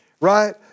right